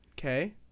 Okay